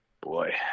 boy